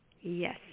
Yes